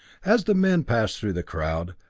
as the men passed through the crowd,